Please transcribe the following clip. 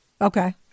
Okay